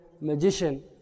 magician